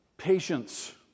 Patience